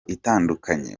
itandukanye